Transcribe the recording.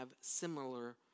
similar